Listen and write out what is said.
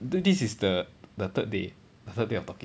this is the the third day the third day of talking